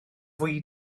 fwy